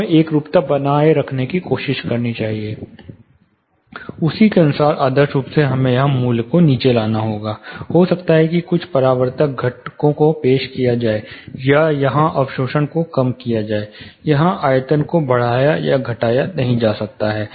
हमें एकरूपता बनाए रखने की कोशिश करनी होगी उसी के अनुसार आदर्श रूप से हमें यहाँ मूल्य को नीचे लाना होगा हो सकता है कि कुछ परावर्तक घटकों को पेश किया जाए या यहाँ अवशोषण को कम किया जाए यहाँ आयतन को बढ़ाया या घटाया नहीं जा सकता है